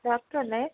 hello doctor അല്ലെ